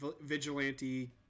vigilante